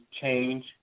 change